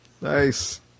Nice